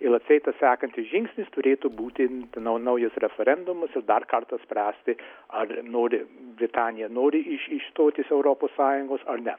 ir atseit tas sekantis žingsnis turėtų būti nau naujus referendumus ir dar kartą spręsti ar nori britanija nori iš išstoti iš europos sąjungos ar ne